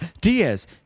Diaz